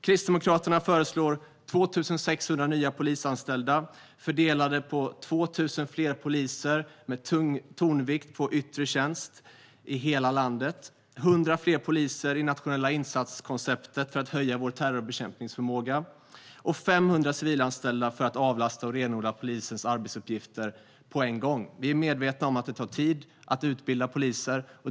Kristdemokraterna föreslår 2 600 nya polisanställda fördelade på 2 000 fler poliser med tonvikt på yttre tjänst i hela landet, 100 fler poliser i nationella insatskonceptet för att höja vår terrorbekämpningsförmåga och 500 civilanställda för att avlasta och renodla polisens arbetsuppgifter på en gång. Vi är medvetna om att det tar tid att utbilda poliser.